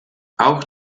auch